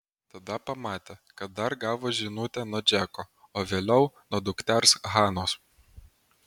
tada pamatė kad dar gavo žinutę nuo džeko o vėliau nuo dukters hanos